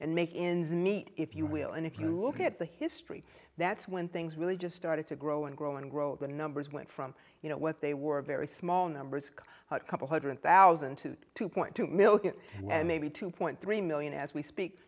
and make ends meet if you will and if you look at the history that's when things really just started to grow and grow and grow the numbers went from you know what they were very small numbers couple hundred thousand to two point two million maybe two point three million as we speak